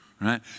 right